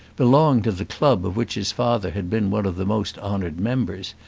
belonged to the club of which his father had been one of the most honoured members,